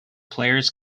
players